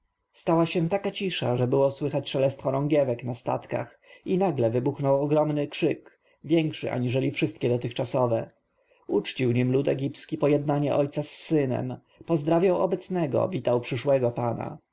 stała się taka cisza że było słychać szelest chorągiewek na statkach i nagle wybuchnął ogromny krzyk większy aniżeli wszystkie dotychczasowe uczcił nim lud egipski pojednanie ojca z synem pozdrawiał obecnego witał przyszłego pana